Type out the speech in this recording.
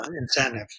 incentive